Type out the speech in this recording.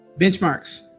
benchmarks